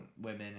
women